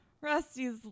Rusty's